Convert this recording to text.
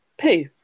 poo